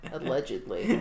Allegedly